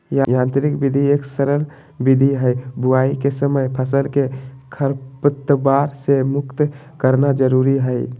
यांत्रिक विधि एक सरल विधि हई, बुवाई के समय फसल के खरपतवार से मुक्त रखना जरुरी हई